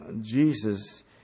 Jesus